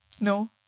No